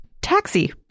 Taxi